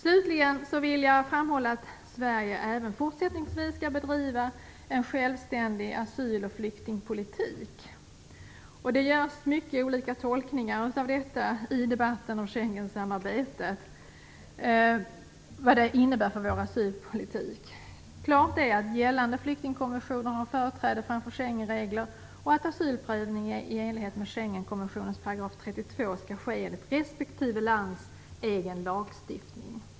Slutligen vill jag framhålla att Sverige även fortsättningsvis skall bedriva en självständig asyl och flyktingpolitik. Det görs mycket olika tolkningar i debatten av vad Schengensamarbetet innebär för vår asylpolitik. Klart är att gällande flyktingkonventioner har företräde framför Schengenregler och att asylprövning i enlighet med Schengenkonventionens § 32 skall ske enligt respektive lands egen lagstiftning.